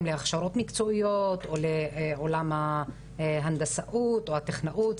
להכשרות מקצועיות או לעולם ההנדסאות או הטכנאות,